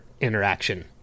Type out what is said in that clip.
interaction